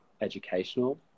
educational